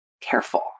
careful